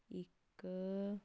ਇੱਕ